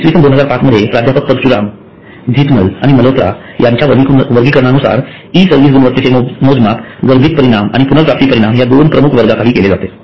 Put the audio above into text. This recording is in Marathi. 2005 मध्ये प्राध्यापक परशुरामन झीथमल आणि मल्होत्रा यांच्या वर्गीकरणानुसार ई सर्व्हिस गुणवत्तेचे मोजमाप गर्भित परिमाण आणि पुनर्प्राप्ती परिमाण या दोन प्रमुख वर्गांखाली केले जाते